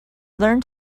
learn